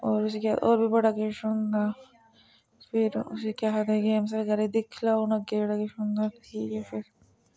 होर उसी केह् आखदे होर बी बड़ा किश होंदा फिर उसी केह् आखदे गेम्स बगैरा दिक्खी लैओ हून अग्गें जेह्ड़ा किश होंदा ठीक ऐ फेर